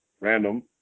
random